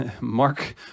mark